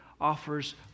offers